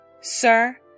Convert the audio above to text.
Sir